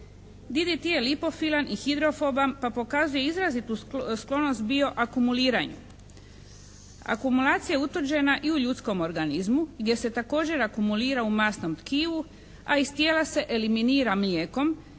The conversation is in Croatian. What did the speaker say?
DDT je lipofilan i hidrofoban pa pokazuje izrazitu sklonost bioakumuliranju. Akumulacija je utvrđena i u ljudskom organizmu gdje se također akumulira u masnom tkivu, a iz tijela se eliminira mlijekom